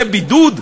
זה בידוד?